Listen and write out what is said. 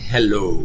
Hello